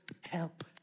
help